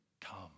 come